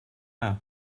here